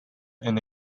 and